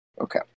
Okay